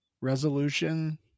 resolution